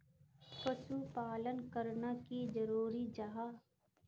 पशुपालन करना की जरूरी जाहा?